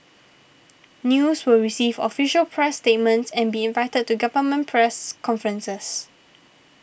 news will receive official press statements and be invited to government press conferences